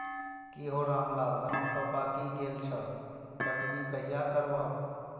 की हौ रामलाल, धान तं पाकि गेल छह, कटनी कहिया करबहक?